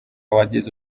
wagize